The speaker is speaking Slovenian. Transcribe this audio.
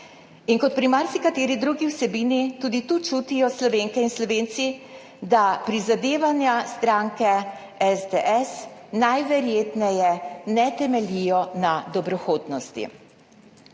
In kot pri marsikateri drugi vsebini tudi tu Slovenke in Slovenci čutijo, da prizadevanja stranke SDS najverjetneje ne temeljijo na dobrohotnosti.